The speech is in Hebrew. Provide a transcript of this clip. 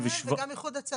גם הם וגם איחוד הצלה?